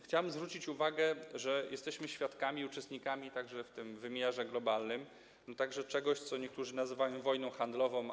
Chciałem zwrócić uwagę, że jesteśmy świadkami, uczestnikami, także w wymiarze globalnym, czegoś, co niektórzy nazywają wojną handlową.